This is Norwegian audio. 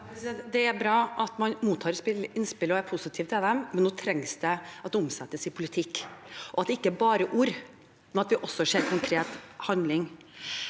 Det er bra at man mottar innspill og er positiv til dem, men nå trengs det at det omsettes i politikk – at det ikke er bare ord, men at vi også ser konkret handling.